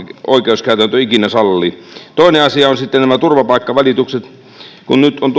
oikeuskäytäntö ikinä sallivat toinen asia on sitten nämä turvapaikkavalitukset nyt on